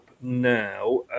now